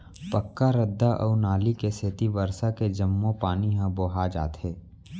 पक्का रद्दा अउ नाली के सेती बरसा के जम्मो पानी ह बोहा जाथे